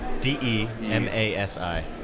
D-E-M-A-S-I